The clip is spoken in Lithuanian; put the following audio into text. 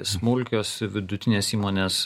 smulkios vidutinės įmonės